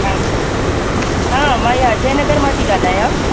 हा हा मां हीअ अजय नगर मां थी ॻाल्हायां